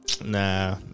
nah